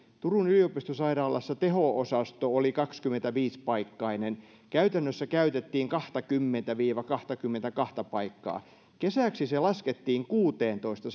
turun yliopistosairaalassa teho osasto oli kaksikymmentäviisi paikkainen käytännössä käytettiin kahtakymmentä viiva kahtakymmentäkahta paikkaa kesäksi se paikkamäärä laskettiin kuuteentoista